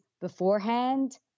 beforehand